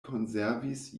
konservis